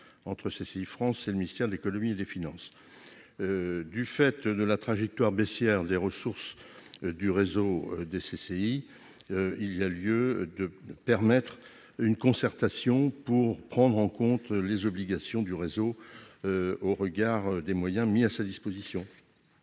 entre CCI France et le ministre de l'économie et des finances. Du fait de la trajectoire à la baisse des ressources du réseau des CCI, il y a lieu de prévoir une concertation afin de prendre en compte les obligations du réseau au regard des moyens mis à sa disposition.